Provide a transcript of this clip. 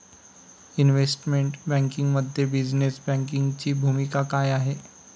Investment बँकिंगमध्ये business बँकिंगची भूमिका काय आहे?